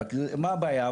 אבל מה הבעיה?